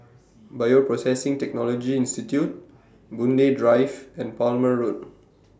Bioprocessing Technology Institute Boon Lay Drive and Palmer Road